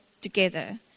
together